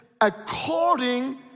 according